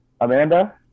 Amanda